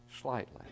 slightly